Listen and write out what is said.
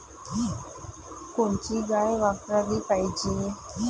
कोनची गाय वापराली पाहिजे?